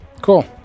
cool